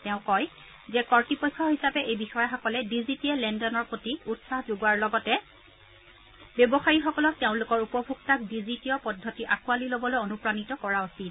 তেওঁ কয় যে কৰ্তৃপক্ষ হিচাপে এই বিষয়াসকলে ডিজিটিয় লেনদেনৰ প্ৰতি উৎসাহ যোগোৱাৰ লগতে ব্যৱসায়ীসকলক তেওঁলোকৰ উপভোক্তাক ডিজিটিয় পদ্ধতি আকোৱালি লবলৈ অনুপ্ৰাণিত কৰা উচিত